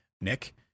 Nick